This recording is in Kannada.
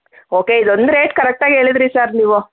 ಓಕೆ ಇದೊಂದು ರೇಟ್ ಕರೆಕ್ಟ್ ಆಗಿ ಹೇಳಿದಿರಿ ಸರ್ ನೀವು